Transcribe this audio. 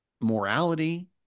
morality